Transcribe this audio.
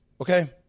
okay